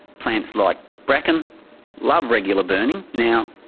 plants like bracken love regular burning. now,